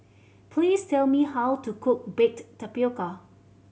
please tell me how to cook baked tapioca